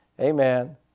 Amen